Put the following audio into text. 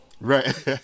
Right